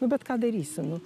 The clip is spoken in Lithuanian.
nu bet ką darysi nu